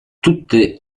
tutte